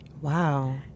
Wow